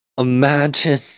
Imagine